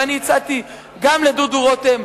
ואני הצעתי גם לדודו רותם,